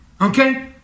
Okay